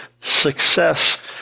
success